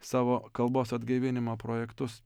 savo kalbos atgaivinimo projektus